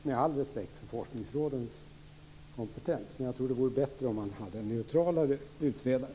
Med all respekt för forskningsrådens kompetens tror jag att det vore bättre om man hade en mer neutral utredare.